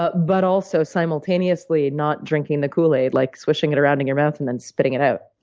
ah but also, simultaneously, not drinking the kool-aid, like swishing it around in your mouth and then spitting it out.